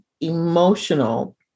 emotional